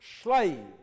slave